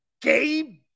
Gabe